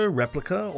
replica